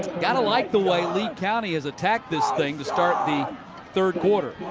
got to like the way lee county has attacked this thing to start the third quarter.